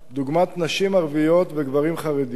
דוגמת נשים ערביות וגברים חרדים.